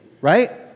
right